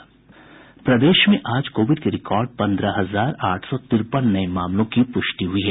प्रदेश में आज कोविड के रिकॉर्ड पन्द्रह हजार आठ सौ तिरपन नये मामलों की पुष्टि हुई है